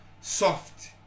soft